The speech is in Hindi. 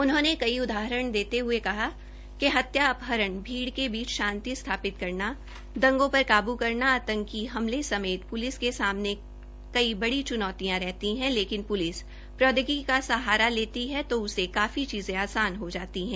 उन्होंने कई उदाहरण देते हये कहा कि हत्या अपहरण भीड़ के बीच शांति स्थापित करनादंगों पर काबू करना आंतकी हमले समेत पुलिस के सामने कई बड़ी चुनौतियां रहती है लेकिन प्रौद्योगिकी का सहारा लेती है जो काफी चीजें आसान हो जाती है